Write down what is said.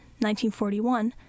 1941